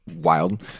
wild